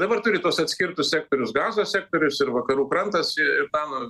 dabar turi tuos atskirtus sektorius gazos sektorius ir vakarų krantas į irano